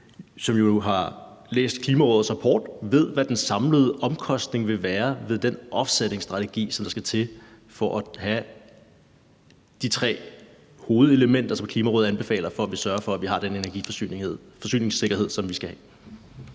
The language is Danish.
som jo har læst Klimarådets rapport, ved, hvad den samlede omkostning vil være ved den offsettingstrategi, som skal til for at have de tre hovedelementer, som Klimarådet anbefaler, for at vi kan sørge for, at vi har den energiforsyningssikkerhed, som vi skal have.